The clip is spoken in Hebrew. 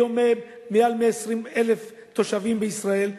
היום הם מעל 120,000 תושבים בישראל,